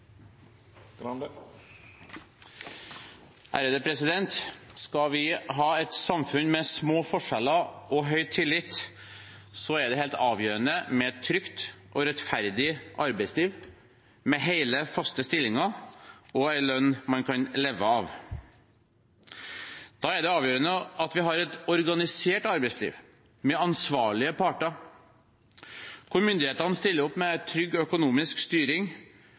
Skal vi ha et samfunn med små forskjeller og høy tillit, er det helt avgjørende med et trygt og rettferdig arbeidsliv, med hele, faste stillinger og en lønn man kan leve av. Da er det avgjørende at vi har et organisert arbeidsliv, med ansvarlige parter, der myndighetene stiller opp med en trygg økonomisk styring,